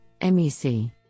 MEC